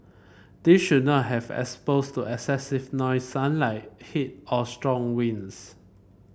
they should not have exposed to excessive noise sunlight heat or strong winds